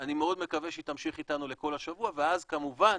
אני מאוד מקווה שהיא תמשיך איתנו לכל השבוע ואז כמובן